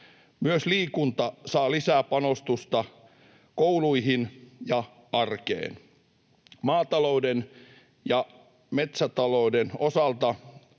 myös liikunta saa lisää panostusta kouluihin ja arkeen — ja maatalouden ja metsätalouden osalta